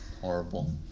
Horrible